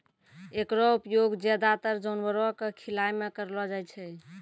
एकरो उपयोग ज्यादातर जानवरो क खिलाय म करलो जाय छै